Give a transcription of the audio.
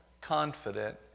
confident